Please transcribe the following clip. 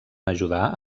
ajudar